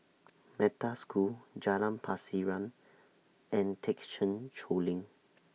Metta School Jalan Pasiran and Thekchen Choling